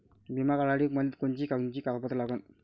बिमा काढासाठी मले कोनची कोनची कागदपत्र लागन?